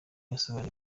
yasobanuye